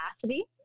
capacity